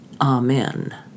Amen